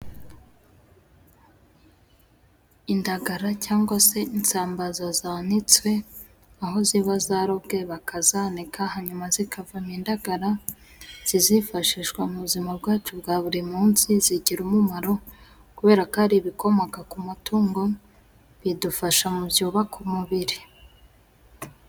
Indagara cyangwa se insambaza zanitswe aho ziba zarobwe bakazanika, hanyuma zikavamo indagara zizifashishwa mu buzima bwacu bwa buri munsi. Zigira umumaro kubera ko ari ibikomoka ku matungo bidufasha mu byubaka umubiri.